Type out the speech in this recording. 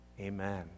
amen